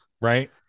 Right